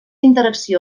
interacció